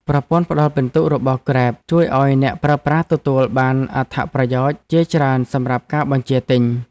ប្រព័ន្ធផ្ដល់ពិន្ទុរបស់ក្រេបជួយឱ្យអ្នកប្រើប្រាស់ទទួលបានអត្ថប្រយោជន៍ជាច្រើនសម្រាប់ការបញ្ជាទិញ។